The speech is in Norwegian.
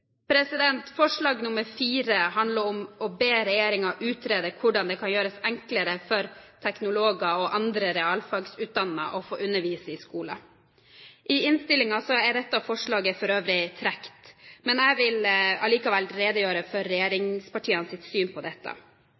Forslag IV handler om å be regjeringen utrede hvordan det kan gjøres enklere for teknologer og andre realfagsutdannede å få undervise i skolen. I innstillingen er dette forslaget for øvrig trukket. Men jeg vil allikevel redegjøre for regjeringspartienes syn på dette.